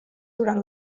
durant